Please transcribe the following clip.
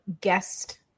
guest